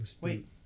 Wait